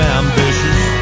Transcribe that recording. ambitious